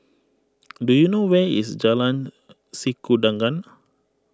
do you know where is Jalan Sikudangan